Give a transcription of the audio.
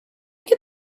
get